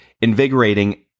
invigorating